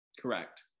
correct